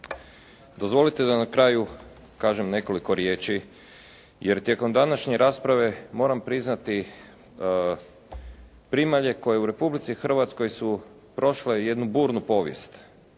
Dozvolite da na kraju kažem nekoliko riječi, jer tijekom današnje rasprave moram priznati primalje koje u Republici Hrvatskoj su prošle jednu burnu povijest